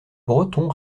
breton